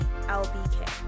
lbk